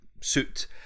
suit